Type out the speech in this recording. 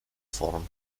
form